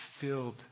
filled